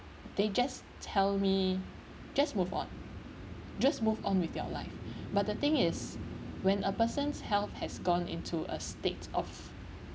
they just tell me just move on just move on with your life but the thing is when a person's health has gone into a state of